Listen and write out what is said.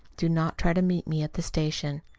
do not try to meet me at the station.